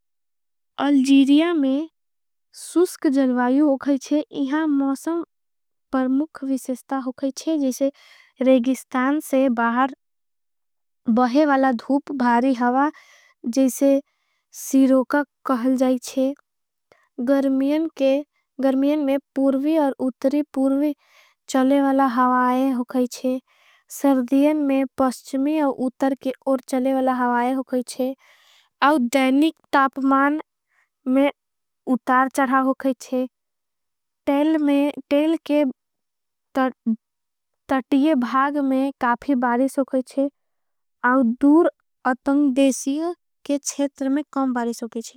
अलजीरिया में सुस्क जलवायू होगईच्छे इहां। मौसम परमुख विशेस्था होगईच्छे जिसे रेगिस्तान। से बाहर बहेवाला धूप भारी हवा जिसे सीरो का। कहल जाईच्छे गर्मियन के गर्मियन में पूर्वी और। उतरी पूर्वी चलेवला हवाय होगईच्छे सर्दियन में। पस्चमी और उतर के ओर चलेवला हवाय होगईच्छे। और दैनिक तापमान में उतर चड़ा होगईच्छे। टेल के तटिये भाग में काफी बारिस होगईच्छे। और दूर अतंग देशी के छेंटर में काम बारिस होगईच्छे।